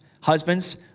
Husbands